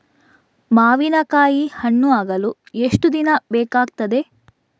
ಮಾವಿನಕಾಯಿ ಹಣ್ಣು ಆಗಲು ಎಷ್ಟು ದಿನ ಬೇಕಗ್ತಾದೆ?